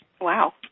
Wow